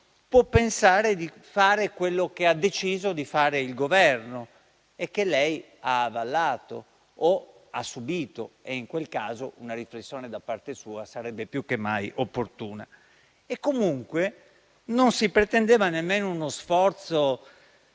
può pensare di fare quello che ha deciso di fare il Governo e che lei ha avallato o subìto (e, in quel caso, una riflessione da parte sua sarebbe più che mai opportuna). Ad ogni modo, non si pretendeva nemmeno uno sforzo